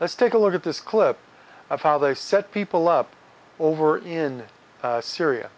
let's take a look at this clip of how they set people up over in syria